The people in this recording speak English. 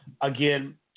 again